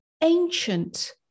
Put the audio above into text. ancient